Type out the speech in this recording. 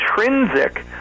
intrinsic